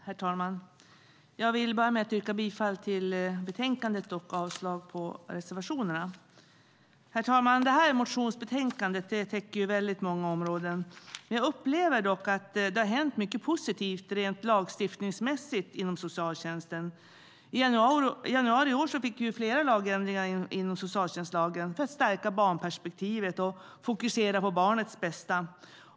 Herr talman! Jag vill börja med att yrka bifall till utskottets förslag i betänkandet och avslag på reservationerna. Herr talman! Detta motionsbetänkande täcker många områden. Jag upplever dock att det har hänt mycket positivt rent lagstiftningsmässigt inom socialtjänsten. I januari i år fick vi flera lagändringar inom socialtjänstlagen för att stärka barnperspektivet och fokusera på barnets bästa.